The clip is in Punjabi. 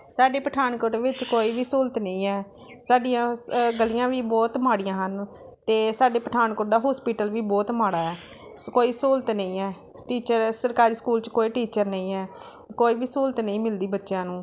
ਸਾਡੇ ਪਠਾਨਕੋਟ ਵਿੱਚ ਕੋਈ ਵੀ ਸਹੂਲਤ ਨਹੀਂ ਹੈ ਸਾਡੀਆਂ ਗਲੀਆਂ ਵੀ ਬਹੁਤ ਮਾੜੀਆਂ ਹਨ ਅਤੇ ਸਾਡੇ ਪਠਾਨਕੋਟ ਦਾ ਹੋਸਪੀਟਲ ਵੀ ਬਹੁਤ ਮਾੜਾ ਹੈ ਕੋਈ ਸਹੂਲਤ ਨਹੀਂ ਹੈ ਟੀਚਰ ਸਰਕਾਰੀ ਸਕੂਲ 'ਚ ਕੋਈ ਟੀਚਰ ਨਹੀਂ ਹੈ ਕੋਈ ਵੀ ਸਹੂਲਤ ਨਹੀਂ ਮਿਲਦੀ ਬੱਚਿਆਂ ਨੂੰ